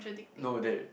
no they